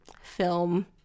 film